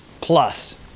plus